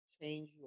change